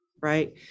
right